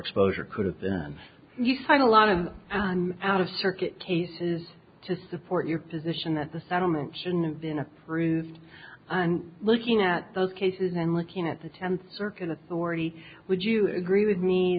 exposure could have been you signed a lot of fun out of circuit cases to support your position that the settlement shouldn't been approved and looking at those cases and looking at the tenth circuit authority would you agree with me